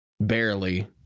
barely